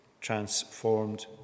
transformed